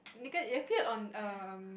you appeared on err